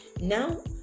Now